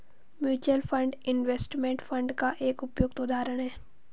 mutual fund investment fund का एक उपयुक्त उदाहरण है